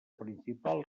principal